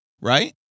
Right